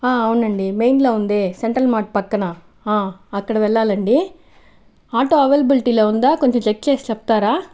అవునండి మెయిన్లో ఉందే సెంట్రల్ మార్ట్ పక్కన ఆ అక్కడ వెళ్ళాలండి ఆటో అవైలబిలిటీలో ఉందా కొంచెం చెక్ చేసి చెప్తారా